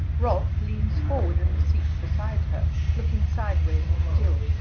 rolf leans forward in the seat beside her, looking sideways at jill.